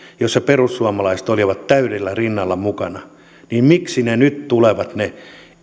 joissa perussuomalaiset olivat täysin rinnoin mukana miksi nyt tulevat ne